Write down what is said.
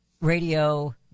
Radio